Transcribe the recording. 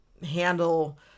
handle